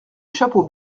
chapeau